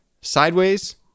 sideways